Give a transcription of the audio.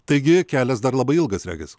taigi kelias dar labai ilgas regis